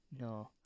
No